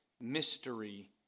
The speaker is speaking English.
mystery